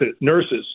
nurses